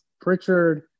Pritchard